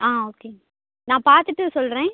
ஆ ஓகேங்க நான் பார்த்துட்டு சொல்கிறேன்